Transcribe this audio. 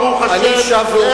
ברוך השם,